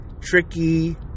tricky